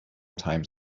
times